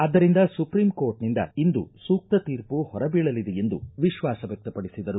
ಆದ್ದರಿಂದ ಸುಪ್ರೀಂಕೋರ್ಟ್ನಿಂದ ಇಂದು ಸೂಕ್ತ ತೀರ್ಮ ಹೊರಬೀಳಲಿದೆ ಎಂದು ವಿಶ್ವಾಸ ವ್ಚಕ್ತಪಡಿಸಿದರು